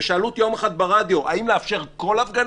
ושאלו אותי יום אחד ברדיו, האם לאפשר כל הפגנה?